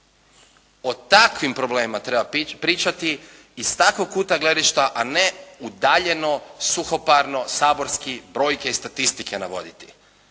O takvim problemima treba pričati iz takvog kuta gledišta a ne udaljeno, suhoparno, saborski brojke i statistike navoditi.